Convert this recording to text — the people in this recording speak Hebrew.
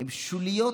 הן שוליות